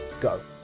go